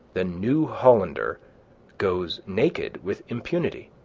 the new hollander goes naked with impunity,